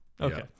Okay